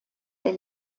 der